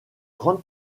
grande